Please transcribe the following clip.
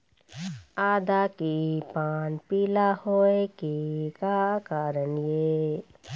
आदा के पान पिला होय के का कारण ये?